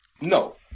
no